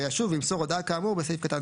וישוב וימסור הודעה כאמור בסעיף קטן